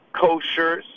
kosher